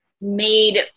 made